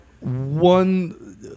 One